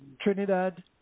Trinidad